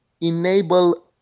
enable